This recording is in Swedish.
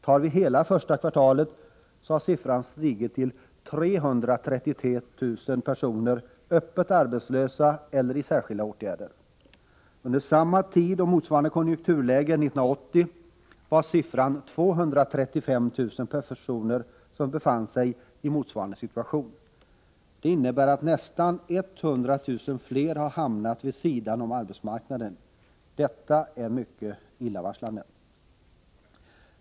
För hela första kvartalet har siffran för personer som är öppet arbetslösa eller sysselsatta genom särskilda åtgärder stigit till 333 000. Under samma tid 1980 med samma konjunkturläge var det 235 000 personer som befann sig i motsvarande situation. Det innebär att ytterligare nästan 100 000 personer har hamnat vid sidan om arbetsmarknaden. Detta är mycket illavarslande.